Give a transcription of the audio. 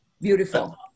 beautiful